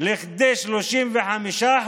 לכדי 35%,